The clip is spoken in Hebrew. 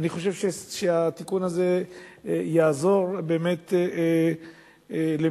אני חושב שהתיקון הזה יעזור באמת למניעת